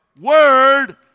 word